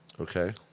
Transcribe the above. Okay